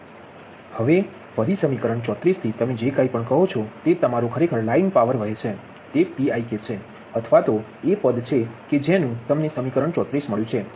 હવે ફરી સમીકરણ 34 થી તમે જે કાંઈ પણ કહો છો તે તમારો ખરેખર લાઇન પાવર વહે છે તે Pik છે અથવા તો એ પદ છે કે જે નું તમને સમીકરણ 34 મળ્યું છે